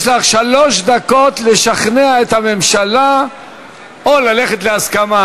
יש לך שלוש דקות לשכנע את הממשלה או ללכת להסכמה,